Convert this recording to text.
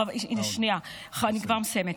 שנייה, אני כבר מסיימת.